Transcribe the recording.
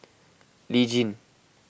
Lee Tjin